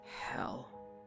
Hell